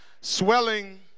swelling